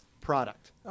product